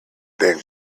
been